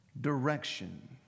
direction